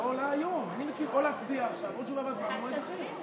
אני מכיר או להצביע עכשיו או תשובה והצבעה במועד אחר.